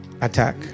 attack